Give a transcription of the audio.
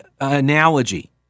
analogy